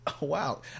Wow